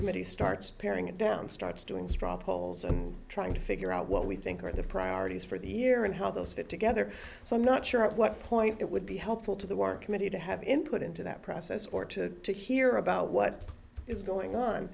committee starts paring it down starts doing straw polls and trying to figure out what we think are the priorities for the year and how those fit together so i'm not sure at what point it would be helpful to the work committee to have input into that process or to to hear about what is going on